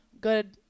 good